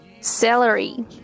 celery